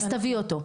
אז תביא אותו.